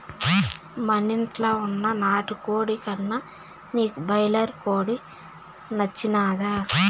మనింట్ల వున్న నాటుకోడి కన్నా నీకు బాయిలర్ కోడి నచ్చినాదా